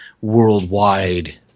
worldwide